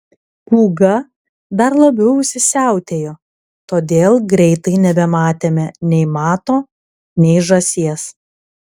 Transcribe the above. pūga dar labiau įsisiautėjo todėl greitai nebematėme nei mato nei žąsies